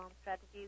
strategies